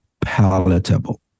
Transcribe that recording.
palatable